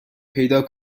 پیدا